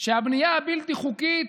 שהבנייה הבלתי-חוקית